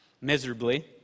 miserably